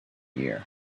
year